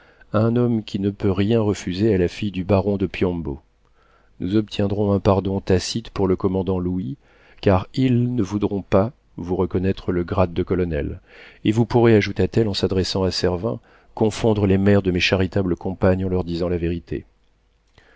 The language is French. un homme qui ne peut rien refuser à la fille du baron de piombo nous obtiendrons un pardon tacite pour le commandant louis car ils ne voudront pas vous reconnaître le grade de colonel et vous pourrez ajouta-t-elle en s'adressant à servin confondre les mères de mes charitables compagnes en leur disant la vérité